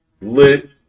Lit